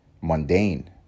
mundane